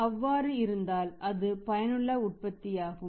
அவ்வாறு இருந்தால் அது பயனுள்ள உற்பத்தியாகும்